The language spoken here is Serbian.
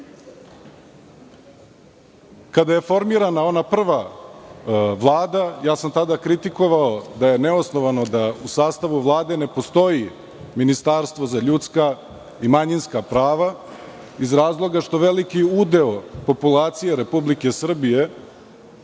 je formirana ona prva Vlada, tada sam kritikovao da je neosnovano da u sastavu Vlade ne postoji ministarstvo za ljudska i manjinska prava iz razloga što veliki udeo populacije Republike Srbije